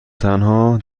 تنها